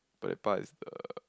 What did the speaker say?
Pelepah is the